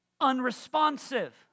unresponsive